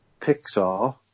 Pixar